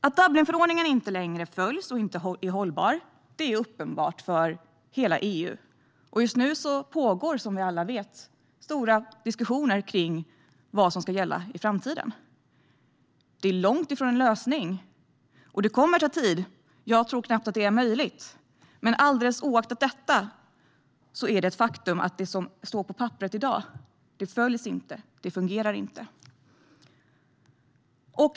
Att Dublinförordningen inte längre följs och inte är hållbar är uppenbart för hela EU. Just nu pågår, som vi alla vet, omfattande diskussioner om vad som ska gälla i framtiden. En lösning är långt borta, och det kommer att ta tid. Jag tror knappt att det är möjligt, men alldeles oavsett detta är det ett faktum att det som står på papperet i dag inte följs och inte fungerar.